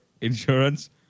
Insurance